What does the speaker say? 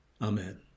Amen